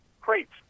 crates